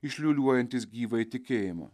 išliūliuojantys gyvąjį tikėjimą